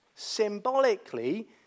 symbolically